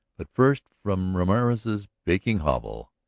but first, from ramorez's baking hovel,